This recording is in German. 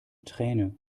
träne